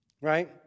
right